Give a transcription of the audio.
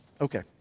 Okay